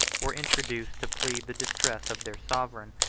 were introduced to plead the distress of their sovereign,